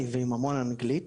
ועם המון אנגלית.